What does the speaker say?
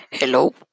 Hello